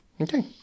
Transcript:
Okay